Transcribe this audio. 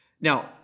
Now